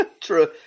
True